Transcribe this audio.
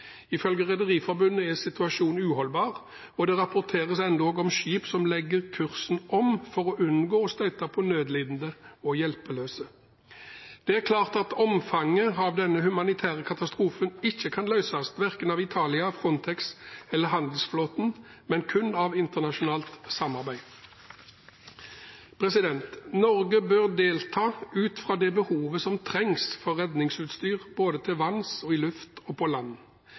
Ifølge Rederiforbundet er situasjonen uholdbar, og det rapporteres endog om skip som legger kursen om for å unngå å støte på nødlidende og hjelpeløse. Det er klart at omfanget av denne humanitære katastrofen ikke kan løses verken av Italia, Frontex eller handelsflåten, men kun av internasjonalt samarbeid. Norge bør delta ut fra det behovet som finnes for redningsutstyr både til vanns, i luft og på land.